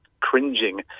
cringing